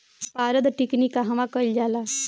पारद टिक्णी कहवा कयील जाला?